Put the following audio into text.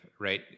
right